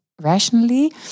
Rationally